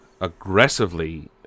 aggressively